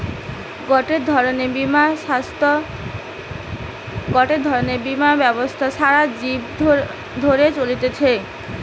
গটে ধরণের বীমা ব্যবস্থা সারা জীবন ধরে চলতিছে